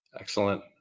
Excellent